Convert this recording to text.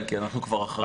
כן, אנחנו כבר אחרי.